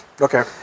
Okay